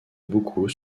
beaucoup